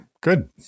good